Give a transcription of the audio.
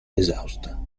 esausta